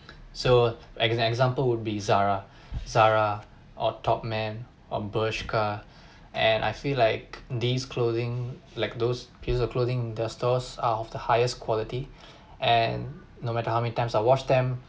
so as an example would be Zara Zara or Top Man on Bershka and I feel like these clothing like those piece of clothing in the stores are of the highest quality and no matter how many times I wash them